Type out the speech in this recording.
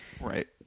Right